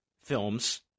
films